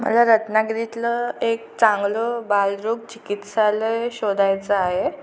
मला रत्नागिरीतलं एक चांगलं बालरोग चिकित्सालय शोधायचं आहे